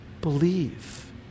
believe